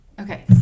Okay